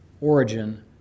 origin